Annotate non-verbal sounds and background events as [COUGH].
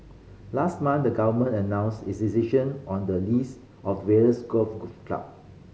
last month the Government announced its decision on the lease of various golf [UNINTELLIGIBLE] club